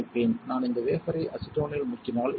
நான் இந்த வேபர்ரை அசிட்டோனில் முக்கினால் என்ன நடக்கும்